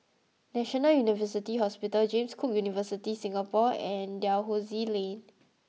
National University Hospital James Cook University Singapore and Dalhousie Lane